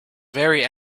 very